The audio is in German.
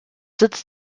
sitz